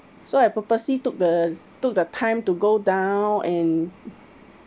so I purposely took the took the time to go down and